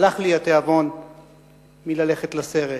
הלך לי התיאבון ללכת לסרט.